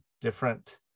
different